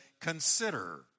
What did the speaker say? consider